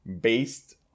based